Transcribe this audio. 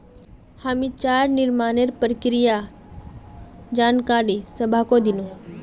हामी चारा निर्माणेर प्रक्रियार जानकारी सबाहको दिनु